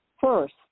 first